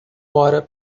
olha